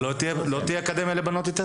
כדור מים בנות.